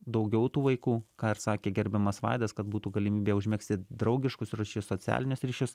daugiau tų vaikų ką ir sakė gerbiamas vaidas kad būtų galimybė užmegzti draugiškus ryšius socialinius ryšius